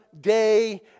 day